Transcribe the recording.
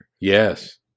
Yes